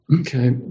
Okay